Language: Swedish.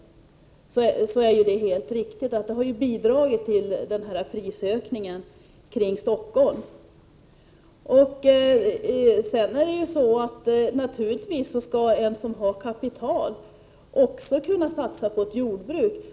I de fallen är det helt riktigt. Skattereglerna har bidragit till prisökningen kring Stockholm. Naturligtvis skall de som har kapital också kunna satsa på ett jordbruk.